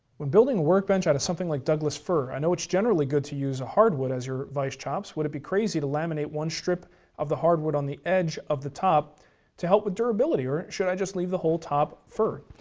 when building a workbench out of something like douglas fir, i know it's generally good to use a hard wood as your vice chops, would it be crazy to laminate one strip of the hard wood on the edge of the top to help with durability, or should i just leave the whole top fir?